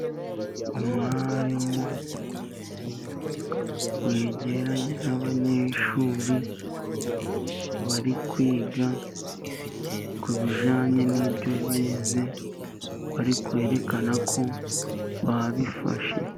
Umwarimu wegeranye n'abanyeshuri, bari kwiga ku bijyanye n'ibyo bize bari kwerekana ko babifashe.